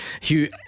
Hugh